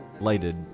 lighted